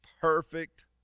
Perfect